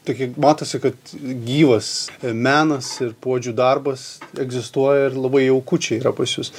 tokia matosi kad gyvas menas ir puodžių darbas egzistuoja ir labai jauku čia yra pas jus